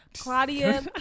Claudia